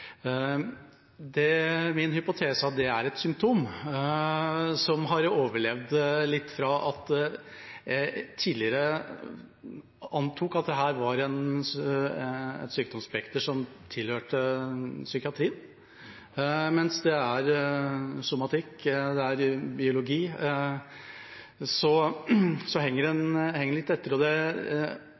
autisme. Min hypotese er at det er et symptom som har overlevd fra at en tidligere antok at dette var et sykdomsspekter som tilhørte psykiatrien, mens det er somatikk, det er biologi. Så en henger litt etter.